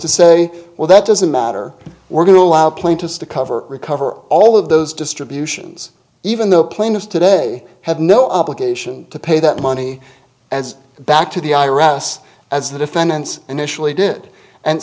to say well that doesn't matter we're going to allow plaintiffs to cover recover all of those distributions even though plaintiffs today have no obligation to pay that money as back to the iraq as the defendants initially did and